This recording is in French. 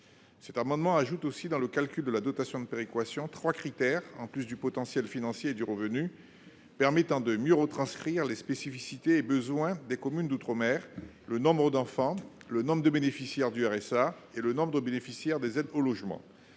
à ajouter trois critères dans le calcul de la dotation de péréquation, en plus du potentiel financier et du revenu, de manière à mieux retranscrire les spécificités et besoins des communes d'outre-mer : le nombre d'enfants, le nombre de bénéficiaires du RSA et le nombre de bénéficiaires des aides au logement.